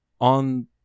on